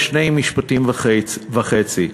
בשני משפטים וחצי.